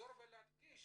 לחזור ולהדגיש